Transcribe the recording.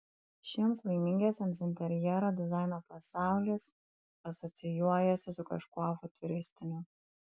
šiems laimingiesiems interjero dizaino pasaulis asocijuojasi su kažkuo futuristiniu